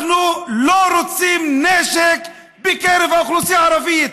אנחנו לא רוצים נשק בקרב האוכלוסייה הערבית,